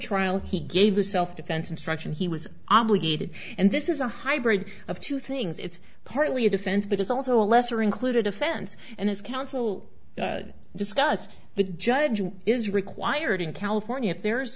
trial he gave a self defense instruction he was obligated and this is a hybrid of two things it's partly a defense but it's also a lesser included offense and as counsel discussed the judge is required in california if there's